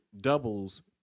doubles